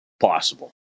possible